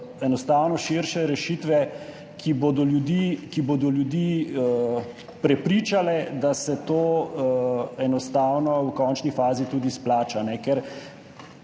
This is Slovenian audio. enostavno širše rešitve, ki bodo ljudi prepričale, da se to enostavno v končni fazi tudi splača.